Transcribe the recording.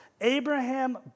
Abraham